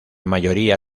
mayoría